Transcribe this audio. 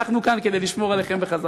אנחנו כאן כדי לשמור עליכם בחזרה.